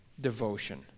devotion